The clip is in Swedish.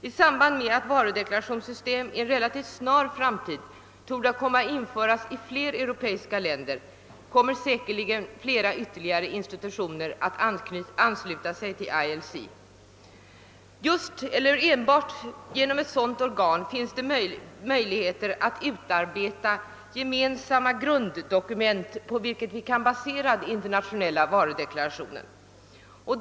I samband med att varudeklarationssystem i en relativt nära framtid torde komma att antas av fler europeiska länder kommer säkerli gen ännu fler institutioner att ansluta sig till ILC. Enbart genom ett sådant organ finns det möjligheter att utarbeta gemensamma grunddokument, på vilka vi kan basera de internationella varudeklarationerna.